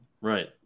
Right